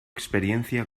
experiencia